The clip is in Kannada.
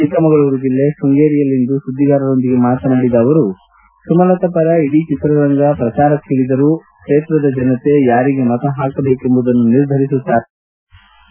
ಚಿಕ್ಕಮಗಳೂರು ಜಿಲ್ಲೆ ಶೃಂಗೇರಿಯಲ್ಲಿಂದು ಸುದ್ದಿಗಾರರೊಂದಿಗೆ ಮಾತನಾಡಿದ ಅವರು ಸುಮಲತಾ ಪರ ಇಡೀ ಚಿತ್ರರಂಗ ಪ್ರಚಾರಕ್ಕಿಳಿದರೂ ಕ್ಷೇತ್ರದ ಜನತೆ ಯಾರಿಗೆ ಮತ ಹಾಕಬೇಕೆಂಬುದನ್ನು ನಿರ್ಧರಿಸುತ್ತಾರೆ ಎಂದು ಹೇಳಿದರು